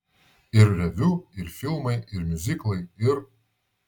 ir reviu ir filmai ir miuziklai ir